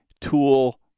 tool